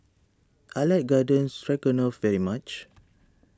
I like Garden Stroganoff very much